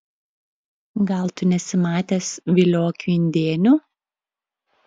gal tu nesi matęs viliokių indėnių